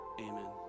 amen